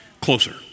closer